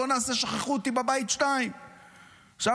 בואו נעשה שכחו אותי בבית 2. עכשיו,